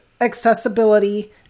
accessibility